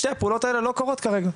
שתי הפעולות האלה לא קורות כרגע.